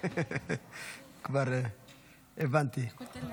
אדוני היושב-ראש, כנסת נכבדה,